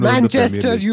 Manchester